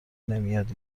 نمیاد